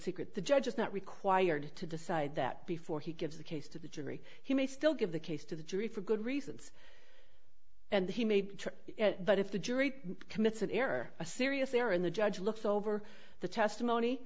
secret the judge is not required to decide that before he gives the case to the jury he may still give the case to the jury for good reasons and he made it but if the jury commits an error a serious error and the judge looks over the testimony